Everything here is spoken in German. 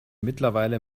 mittlerweile